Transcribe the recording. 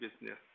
business